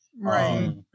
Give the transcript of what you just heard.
Right